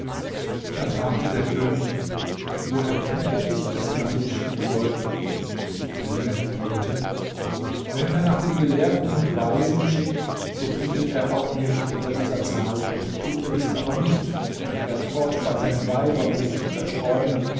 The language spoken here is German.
da fragte der könig woher kennt er dich daß er nach dir schicken soll der junge erwiderte wenn er nach den gelehrten und weisen schickt so findet er auch mich unter dieser zahl tut er dies aber nicht und fährt fort bei seinen weibern sich zu zerstreuen